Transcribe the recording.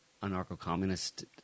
anarcho-communist